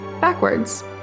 backwards